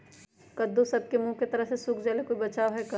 कददु सब के मुँह के तरह से सुख जाले कोई बचाव है का?